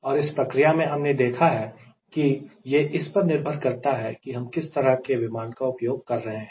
और इस प्रक्रिया में हमने देखा है कि यह इस पर निर्भर करता है कि हम किस तरह का विमान उपयोग कर रहे हैं